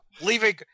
leaving